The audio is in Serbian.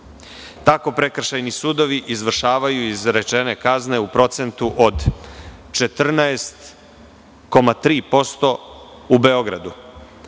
Tako prekršajni sudovi izvršavaju izrečene kazne u procentu od 14,3% u Beogradu,